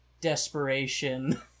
Desperation